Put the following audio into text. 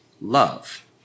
love